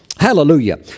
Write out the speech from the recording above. Hallelujah